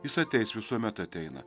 jis ateis visuomet ateina